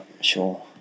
sure